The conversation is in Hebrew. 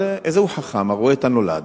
אבל איזהו חכם, הרואה את הנולד.